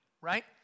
right